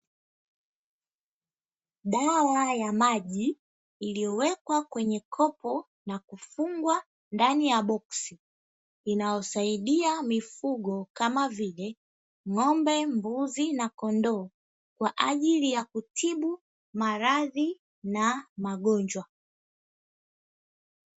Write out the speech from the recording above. Dawa ya maji iliyowekwa kwenye kopo na kufungwa ndani ya boksi, inayosaidia mifugo kama vile ng'ombe, mbuzi na kondoo kwa ajili ya kutibu maradhi na magonjwa.